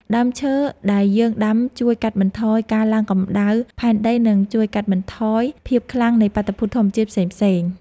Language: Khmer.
ដើមឈើដែលយើងដាំជួយកាត់បន្ថយការឡើងកម្តៅផែនដី និងជួយកាត់បន្ថយភាពខ្លាំងនៃបាតុភូតធម្មជាតិផ្សេងៗ។